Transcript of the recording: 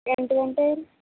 ಎಂಟು ಗಂಟೆ ರೀ